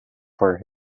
for